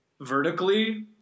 vertically